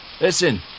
Listen